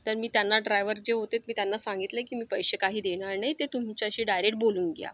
तर मी त्यांना ड्रायवर जे होतेत मी त्यांना सांगितलंय की मी पैसे काही देणार नाही ते तुमच्याशी डायरेक्ट बोलून घ्या